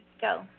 Go